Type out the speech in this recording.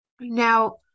Now